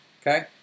okay